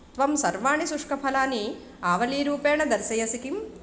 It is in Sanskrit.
त्वं सर्वाणि शुष्कफलानि आवलिरूपेण दर्शयसि किम्